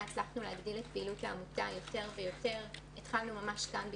הצלחנו יותר ויותר להגדיל את פעילות העמותה.